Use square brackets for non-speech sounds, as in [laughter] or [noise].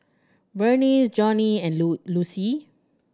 Vernice Jonnie and [unintelligible] Lucie